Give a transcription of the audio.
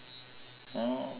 I don't know